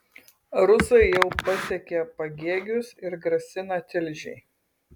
rusai jau pasiekė pagėgius ir grasina tilžei